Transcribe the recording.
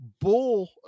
Bull